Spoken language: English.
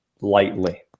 lightly